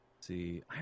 see